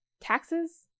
Taxes